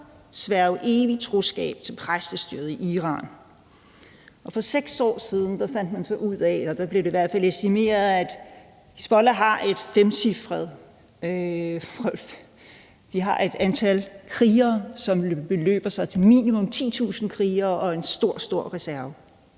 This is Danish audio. sværge evigt troskab til præstestyret i Iran. For 6 år siden fandt man så ud af, eller der blev det i hvert fald estimeret, at Hizbollah har et femcifret antal krigere, at de har et antal krigere, som er på minimum 10.000, og en stor, stor reserve.